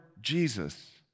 Jesus